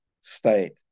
state